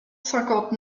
cinquante